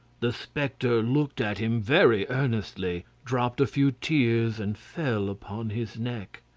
the spectre looked at him very earnestly, dropped a few tears, and fell upon his neck.